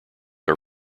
are